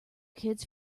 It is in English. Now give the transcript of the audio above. kids